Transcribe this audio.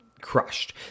crushed